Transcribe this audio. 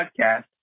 podcast